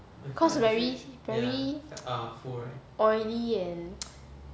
cause very very oily and